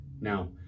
Now